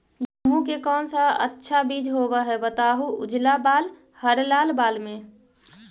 गेहूं के कौन सा अच्छा बीज होव है बताहू, उजला बाल हरलाल बाल में?